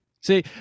See